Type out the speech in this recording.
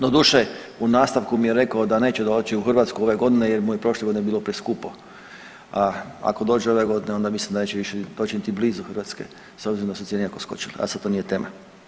Doduše, u nastavku mi je rekao da neće doći u Hrvatsku ove godine jer mu je prošle godine bilo preskupe, a ako dođe ove godine onda mislim da neće više doći niti blizu Hrvatske s obzirom da su cijene jako skočile, a sad to nije tema.